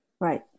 Right